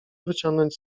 wyciągnąć